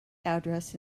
address